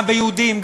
גם ביהודים,